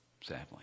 sadly